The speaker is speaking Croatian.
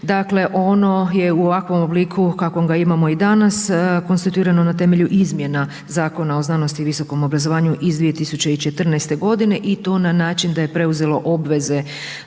Dakle, ono je u ovakvom obliku u kakvom ga imamo i danas konstituirano na temelju izmjena Zakona o znanosti i visokom obrazovanju iz 2014.g. i to na način da je preuzelo obveze